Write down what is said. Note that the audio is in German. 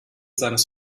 seines